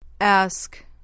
Ask